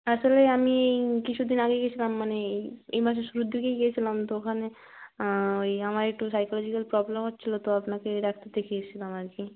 আসলে আমি এই কিছু দিন আগে গিয়েছিলাম মানে এই এই মাসের শুরুর দিকেই গিয়েছিলাম তো ওখানে ওই আমার একটু সাইকোলজিক্যাল প্রবলেম হচ্ছিল তো আপনাকে ডাক্তার দেখিয়েছিলাম আর কি